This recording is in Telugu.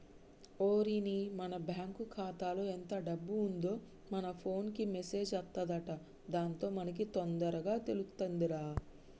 ఓరిని మన బ్యాంకు ఖాతాలో ఎంత డబ్బు ఉందో మన ఫోన్ కు మెసేజ్ అత్తదంట దాంతో మనకి తొందరగా తెలుతుందిరా